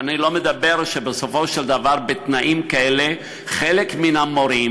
ואני לא מדבר על כך שבסופו של דבר בתנאים כאלה חלק מן המורים